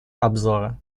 обзора